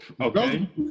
Okay